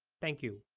thank you.